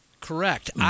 Correct